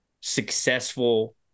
successful